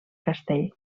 castell